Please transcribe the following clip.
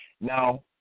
Now